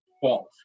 false